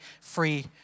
free